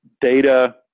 data